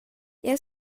jeu